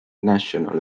national